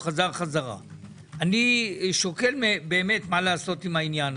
התשפ"ג 2023. מי נמצא פה מהאוצר?